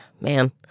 man